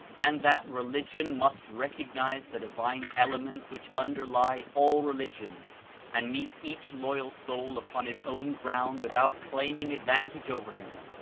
and that religion must recognize the divine elements which underlie all religions and meet each loyal soul upon his own ground without claiming ad vantage ov er him,